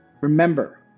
Remember